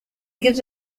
gives